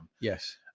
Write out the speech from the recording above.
Yes